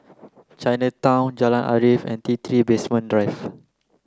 Chinatown Jalan Arif and T three Basement Drive